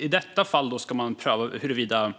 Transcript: I detta fall ska man pröva huruvida